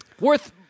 Worth